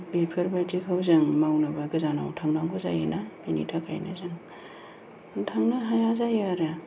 बेफोरबायदिखौ जों मावनोबा गोजानाव थांनांगौ जायोना बेनिथाखायनो जों थांनो हाया जायो आरो